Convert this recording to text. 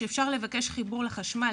שאפשר לבקש חיבור לחשמל,